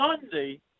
Sunday